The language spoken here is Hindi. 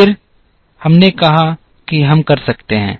फिर हमने कहा कि हम कर सकते हैं